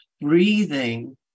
breathing